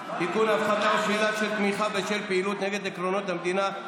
הפחתה או שלילה של תמיכה בשל פעילות נגד עקרונות המדינה),